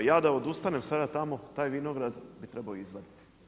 Ja da odustanem sada tamo, taj vinograd bi trebao izvaditi.